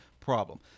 problem